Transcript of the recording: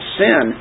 sin